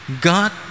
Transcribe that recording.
God